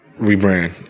rebrand